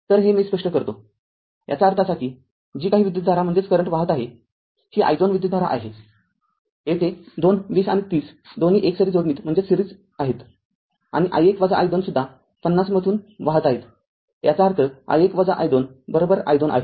तर मी हे स्पष्ट करतोयाचा अर्थ असा की जी काही विद्युतधारा वाहत आहे r ही i२ विद्युतधारा आहे येथे २ २० आणि ३० दोन्ही एकसरी जोडणीत आहेत आणि i१ i२ सुद्धा ५० मधून वाहत आहे याचा अर्थ i१ i२ i२ आहे